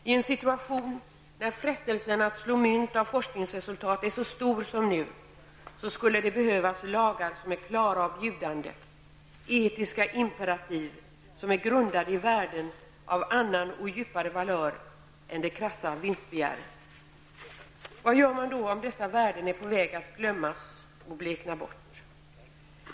I en situation när frestelsen att slå mynt av forskningsresultat är så stor som nu, skulle det behövas lagar som är klara och bjudande -- etiska imperativ som är grundade i värden av annan och djupare valör än det krassa vinstbegäret. Vad gör man då om dessa värden är på väg att glömmas och blekna bort?